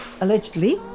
Allegedly